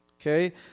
Okay